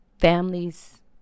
families